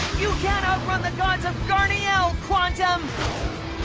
you can't outrun the gods of garnielle, quantum!